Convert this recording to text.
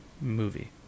Movie